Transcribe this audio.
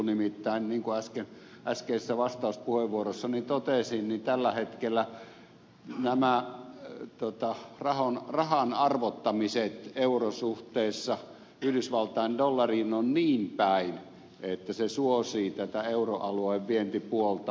nimittäin niin kuin äskeisessä vastauspuheenvuorossani totesin tällä hetkellä nämä rahan arvottamiset euro suhteessa yhdysvaltain dollariin ovat niin päin että se suosii tätä euroalueen vientipuolta